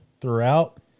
throughout